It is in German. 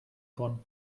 bon